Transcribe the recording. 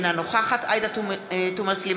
אינה נוכחת עאידה תומא סלימאן,